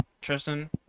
Tristan